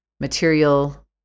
material